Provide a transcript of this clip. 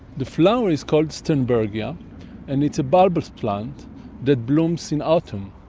the flower is called sternbergia and it's a bulbous plant that blooms in autumn.